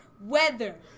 weather